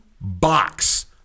box